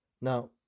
Now